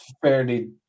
fairly